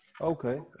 Okay